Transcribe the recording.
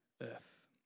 earth